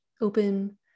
open